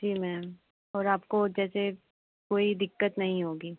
जी ma'am और आपको जैसे कोई दिक्कत नहीं होगी